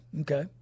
Okay